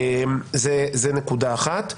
זו נקודה אחת.